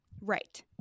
Right